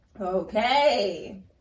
Okay